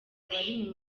abari